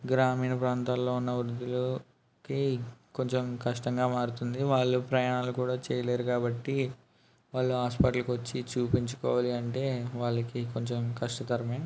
గ్రామీణ ప్రాంతాల్లో ఉన్న వృద్దులుకి కొంచెం కష్టంగా మారుతుంది వాళ్ళు ప్రయాణాలు కూడా చేయలేరు కాబట్టి వాళ్ళు హాస్పిటల్కు వచ్చి చూపించుకోవాలి అంటే వాళ్ళకి కొంచెం కష్టతరమే